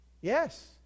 Yes